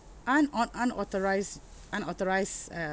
unau~ unauthorised unauthorised uh